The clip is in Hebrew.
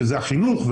שזה החינוך,